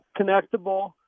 connectable